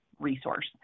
resource